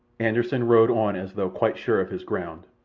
anderssen rowed on as though quite sure of his ground,